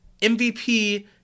MVP